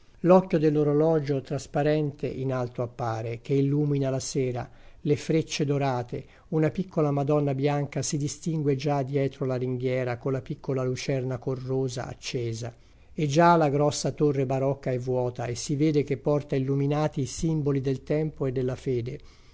l'occhio dell'orologio trasparente in alto appare che illumina la sera le frecce dorate una piccola madonna bianca si distingue già dietro la ringhiera colla piccola lucerna corrosa accesa e già la grossa torre barocca è vuota e si vede che porta illuminati i simboli del tempo e della fede